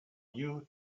you